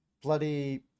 bloody